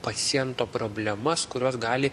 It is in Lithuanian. paciento problemas kurios gali